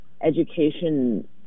education